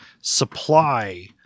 supply